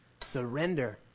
Surrender